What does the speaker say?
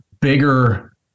bigger